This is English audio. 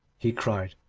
he cried,